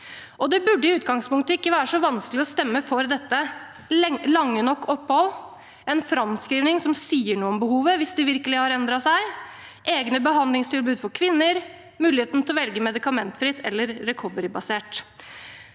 Det burde i utgangspunktet ikke være så vanskelig å stemme for dette: lange nok opphold, en framskrivning som sier noe om behovet hvis det virkelig har endret seg, egne behandlingstilbud for kvinner og muligheten til å velge medikamentfritt eller recoverybasert.